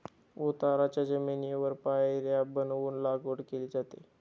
उताराच्या जमिनीवर पायऱ्या बनवून लागवड केली जाते